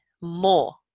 more